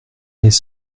les